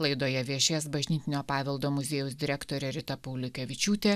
laidoje viešės bažnytinio paveldo muziejaus direktorė rita pauliukevičiūtė